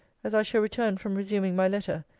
as i shall return from resuming my letter,